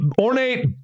ornate